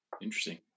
Interesting